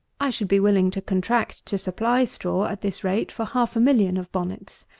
i should be willing to contract to supply straw, at this rate, for half a million of bonnets.